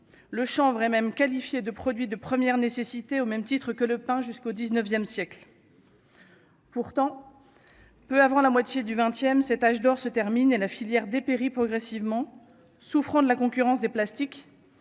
le est même qualifié de produits de première nécessité, au même titre que le pain jusqu'au XIXe siècle. Pourtant, peu avant la moitié du XXe, cet âge d'or se termine à la filière dépérit progressivement souffrant de la concurrence des plastiques